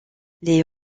les